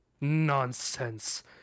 Nonsense